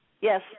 Yes